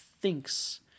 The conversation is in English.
thinks